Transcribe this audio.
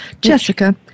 Jessica